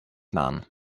known